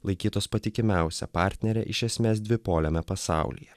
laikytos patikimiausia partnere iš esmės dvipoliame pasaulyje